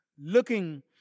Looking